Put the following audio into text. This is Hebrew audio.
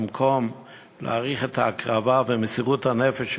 במקום להעריך את ההקרבה ואת מסירות הנפש שלהם,